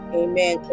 amen